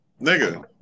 Nigga